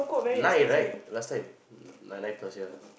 nine right last time nighty nine plus ya